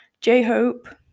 j-hope